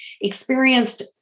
experienced